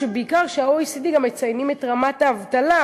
בעיקר כשה-OECD גם מציינים את רמת האבטלה,